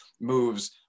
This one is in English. moves